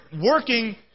working